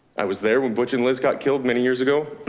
i was there when butch and liz got killed many years ago